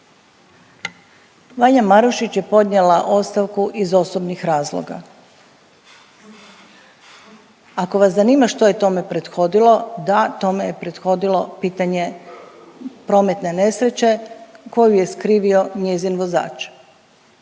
Vanja Marušić je podnijela ostavku iz osobnih razloga. Ako vas zaima što je tome prethodilo, da tome je prethodilo pitanje prometne nesreće koju je skrivio njezin vozač